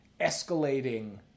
escalating